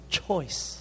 choice